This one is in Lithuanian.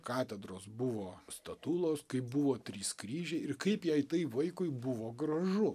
katedros buvo statulos kaip buvo trys kryžiai ir kaip jai tai vaikui buvo gražu